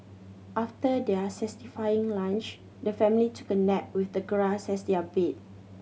after their lunch the family took a nap with the grass as their bed